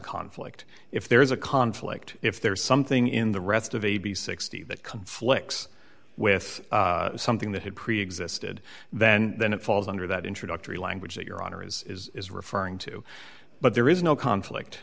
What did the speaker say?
conflict if there is a conflict if there is something in the rest of a b sixty that conflicts with something that had preexisted then and then it falls under that introductory language that your honor is referring to but there is no conflict